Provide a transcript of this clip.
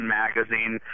magazine